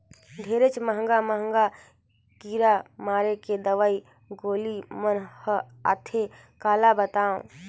ढेरेच महंगा महंगा कीरा मारे के दवई गोली मन हर आथे काला बतावों